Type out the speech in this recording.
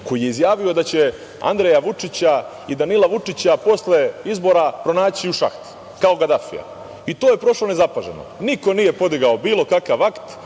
koji je izjavio da će Andreja Vučića i Danila Vučića posle izbora pronaći u šahti kao Gadafija i to je prošlo nezapaženo. Niko nije podigao bilo kakav akt.